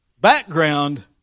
background